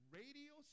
radio